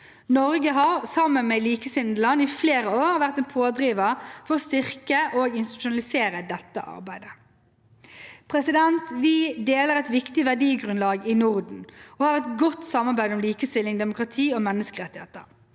Norge har, sammen med likesinnede land, i flere år vært en pådriver for å styrke og institusjonalisere dette arbeidet. Vi deler et viktig verdigrunnlag i Norden og har et godt samarbeid om likestilling, demokrati og menneskerettigheter.